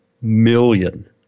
million